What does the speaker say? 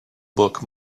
book